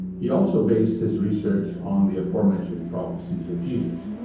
he also based his research on the aforementioned prophecies of jesus.